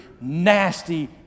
nasty